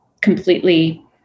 completely